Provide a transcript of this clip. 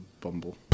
Bumble